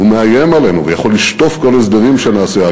ומאיים עלינו ויכול לשטוף כל הסדרים שנעשה,